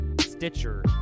Stitcher